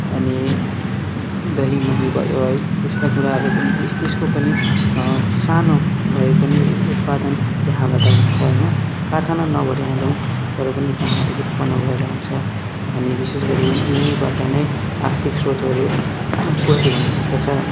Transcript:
अनि दही मही भयो है यस्ता कुराहरू पनि त्यस त्यसको पनि सानो भए पनि उत्पादन त्यहाँबाट हुन्छ होइन कारखाना नभनिहालौँ तर पनि त्यहाँबाट उत्पन्न भएर जान्छ अनि विशेष गरी यहीँबाट नै आर्थिक श्रोतहरू पूर्ति हुने गर्दछ